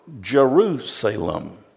Jerusalem